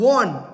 one